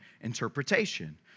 interpretation